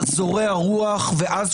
זורע רוח ואז,